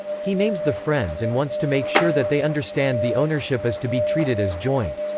he names the friends and wants to make sure that they understand the ownership is to be treated as joint.